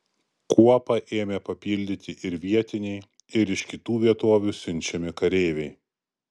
kuopą ėmė papildyti ir vietiniai ir iš kitų vietovių siunčiami kareiviai